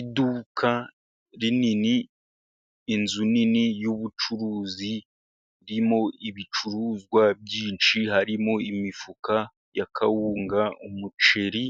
Iduka rinini, inzu nini yubucuruzi ririmo ibicuruzwa byinshi harimo imifuka ya kawunga, umuceri